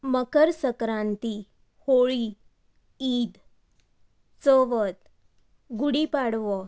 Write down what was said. Makar Sankranti Holi Eid Chavath Gudi Padwa